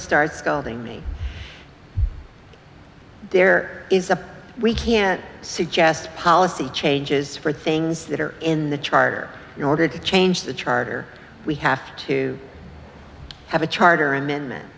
starts scolding me there is a we can't suggest policy changes for things that are in the charter in order to change the charter we have to have a charter amendmen